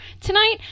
tonight